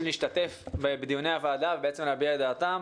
להשתתף בדיוני הוועדה ולהביע את דעתם.